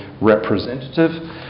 representative